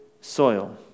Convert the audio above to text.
soil